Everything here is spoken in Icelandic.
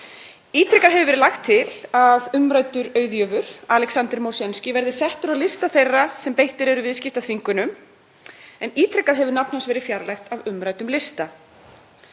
Ítrekað hefur verið lagt til að umræddur auðjöfur, Alexander Moshensky, verði settur á lista þeirra sem beittir eru viðskiptaþvingunum en ítrekað hefur nafn hans verði fjarlægt af umræddum lista.